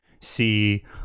see